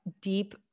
deep